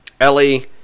Ellie